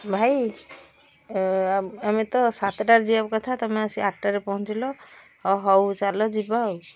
ଭାଇ ଆମେ ଆମେ ତ ସାତଟାରେ ଯିବା କଥା ତୁମେ ଆସି ଆଠଟାରେ ଆସି ପହଞ୍ଚିଲ ହ ହଉ ଚାଲ ଯିବା ଆଉ